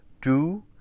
two